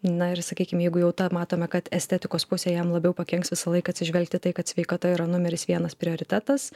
na ir sakykim jeigu jau tą matome kad estetikos pusė jam labiau pakenks visą laiką atsižvelgti tai kad sveikata yra numeris vienas prioritetas